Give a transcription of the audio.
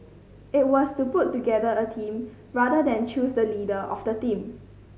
it was to put together a team rather than choose the leader of the team